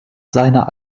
seiner